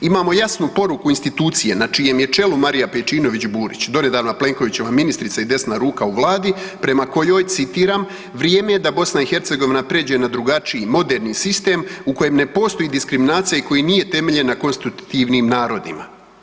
Imamo jasnu poruku institucije na čijem je čelu Marija Pejčinović Burić, donedavna Plenkovićeva ministrica i desna ruka u Vladi, prema kojoj, citiram, vrijeme je da BiH prijeđe na drugačiji moderni sistem, u kojem ne postoji diskriminacija i koji nije temeljen na konstitutivnim narodima.